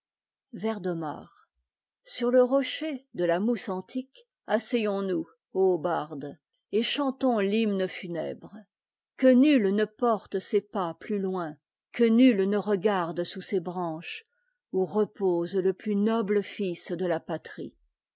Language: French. sur le rocher de la mousse antique asseyons-nous ô bardes et chantons l'hymne fu nebre que nul ne porte ses pas plus loin que nul ne regarde sous ces branches où repose le p us nome os de la patrie